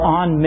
on